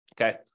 Okay